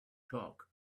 torque